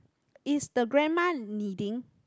is the grandma knitting